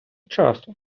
часу